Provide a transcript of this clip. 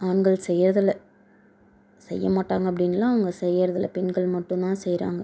ஆண்கள் செய்றதில்ல செய்ய மாட்டாங்க அப்டின்னு இல்லை அவங்க செய்றதில்ல பெண்கள் மட்டுந்தான் செய்கிறாங்க